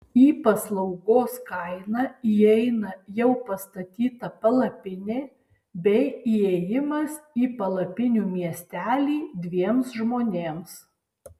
į paslaugos kainą įeina jau pastatyta palapinė bei įėjimas į palapinių miestelį dviems žmonėms